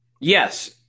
Yes